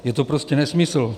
Je to prostě nesmysl.